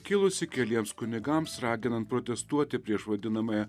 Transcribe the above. kilusį keliems kunigams raginant protestuoti prieš vadinamąją